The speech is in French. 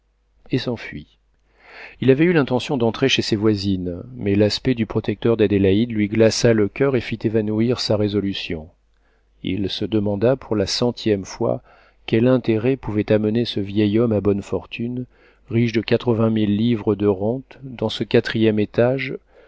et s'enfuit il avait eu l'intention d'entrer chez ses voisines mais l'aspect du protecteur d'adélaïde lui glaça le coeur et fit évanouir sa résolution il se demanda pour la centième fois quel intérêt pouvait amener ce vieil homme à bonnes fortunes riche de quatre-vingt mille livres de rentes dans ce quatrième étage